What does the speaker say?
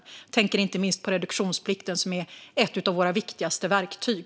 Jag tänker inte minst på reduktionsplikten, som är ett av våra viktigaste verktyg.